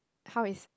how is